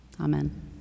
Amen